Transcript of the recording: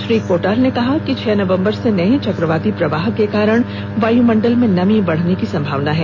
श्री कोटाल ने कहा कि छह नवंबर से नये चक्रवाती प्रवाह के कारण वायुमंडल में नमी बढ़ने की संभावना है